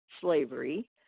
slavery